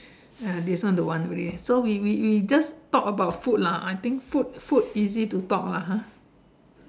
uh this one don't want already so we we we just talk about food lah I think food food easy to talk lah ha